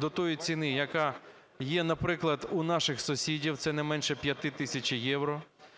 до тої ціни, яка є, наприклад, у наших сусідів, це не менше 5 тисяч євро,